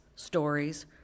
stories